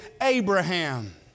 Abraham